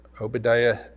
Obadiah